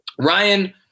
Ryan